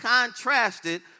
contrasted